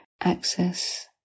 access